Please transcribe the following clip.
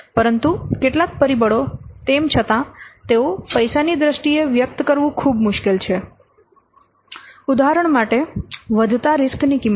પરંતુ કેટલાક પરિબળો તેમ છતાં તેઓ પૈસાની દ્રષ્ટિએ વ્યક્ત કરવું ખૂબ મુશ્કેલ છે ઉદાહરણ માટે વધતા રીસ્ક ની કિંમત